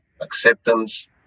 acceptance